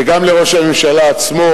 וגם לראש הממשלה עצמו,